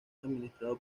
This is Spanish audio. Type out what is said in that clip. administrado